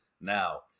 now